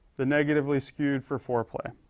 the negatively skewed for fourplay.